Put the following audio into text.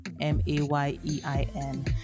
m-a-y-e-i-n